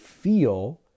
feel